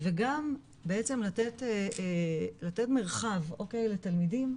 וגם בעצם לתת מרחב לתלמידים,